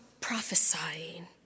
prophesying